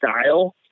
style